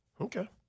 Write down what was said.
Okay